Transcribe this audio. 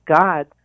God